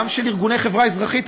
גם של ארגוני חברה אזרחית.